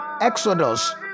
Exodus